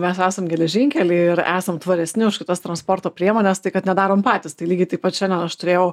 mes esam geležinkeliai ir esam tvaresni už kitas transporto priemones tai kad nedarom patys tai lygiai taip pat šiandien aš turėjau